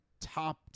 top